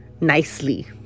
nicely